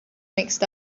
mixed